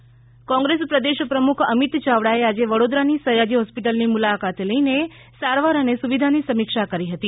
અમિત ચાવડા કોંગ્રેસ પ્રદેશ પ્રમુખ અમિત ચાવડાએ આજે વડોદરાની સયાજી હોસ્પિટલની મુલાકાત લઈને સારવાર અને સુવિધાની સમીક્ષા કરી હતી